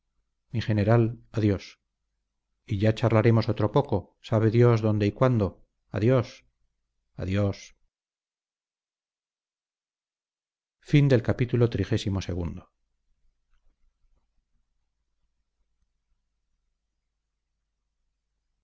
mi general adiós y ya charlaremos otro poco sabe dios dónde y cuándo adiós adiós